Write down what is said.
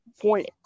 point